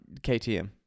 KTM